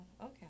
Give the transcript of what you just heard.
okay